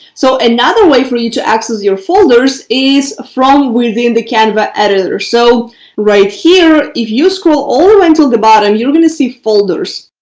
so another way for you to access your folders is from within the canva editor. so right here, if you scroll all the way to the bottom, you're going to see folders.